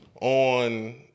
on